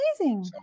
Amazing